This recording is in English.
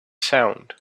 sound